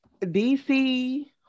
DC